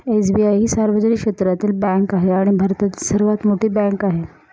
SBI ही सार्वजनिक क्षेत्रातील बँक आहे आणि भारतातील सर्वात मोठी बँक आहे